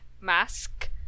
mask